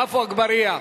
עפו אגבאריה,